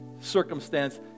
circumstance